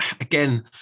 Again